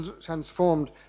transformed